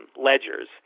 ledgers